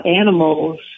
animals